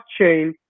blockchain